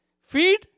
Feed